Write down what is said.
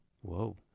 Whoa